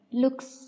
looks